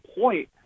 point